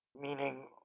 meaning